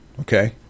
Okay